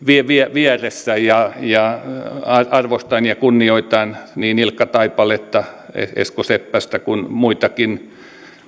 vieressä ja arvostan ja kunnioitan niin ilkka taipaletta esko seppästä kuin muitakin